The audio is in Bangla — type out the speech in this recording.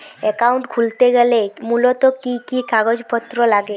অ্যাকাউন্ট খুলতে গেলে মূলত কি কি কাগজপত্র লাগে?